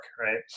right